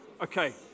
Okay